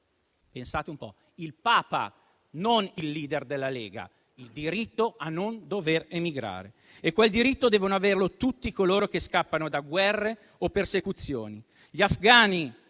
lo ha detto il Papa, non il *leader* della Lega: il diritto a non dover emigrare. Quel diritto devono averlo tutti coloro che scappano da guerre o persecuzioni. Gli afgani,